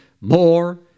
more